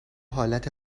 حالت